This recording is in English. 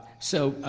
so,